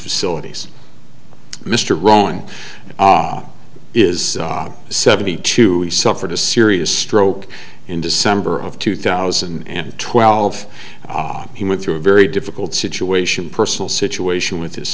facilities mr rowan is seventy two he suffered a serious stroke in december of two thousand and twelve he went through a very difficult situation personal situation with his